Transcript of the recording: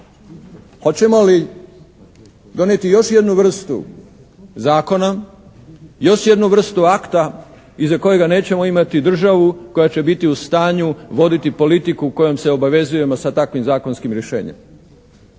Hoćemo li donijeti još jednu vrstu zakona, još jednu vrstu akta iza kojega nećemo imati državu koja će biti u stanju voditi politiku kojom se obavezujemo sa takvim zakonskim rješenjem?